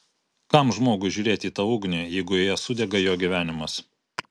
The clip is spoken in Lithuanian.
kam žmogui žiūrėti į tą ugnį jeigu joje sudega jo gyvenimas